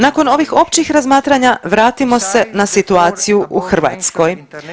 Nakon ovih općih razmatranja vratimo se na situaciju u Hrvatskoj.